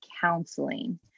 counseling